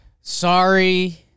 Sorry